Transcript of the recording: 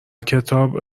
کتاب